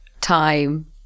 time